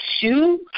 two